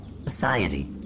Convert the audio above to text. society